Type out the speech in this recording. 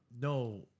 No